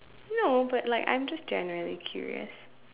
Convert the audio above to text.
no but like I'm just generally curious